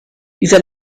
dieser